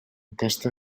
aquesta